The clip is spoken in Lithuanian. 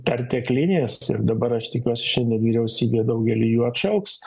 perteklinės ir dabar aš tikiuosi šiandien vyriausybė daugelį jų atšauks